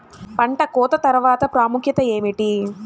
పంట కోత తర్వాత ప్రాముఖ్యత ఏమిటీ?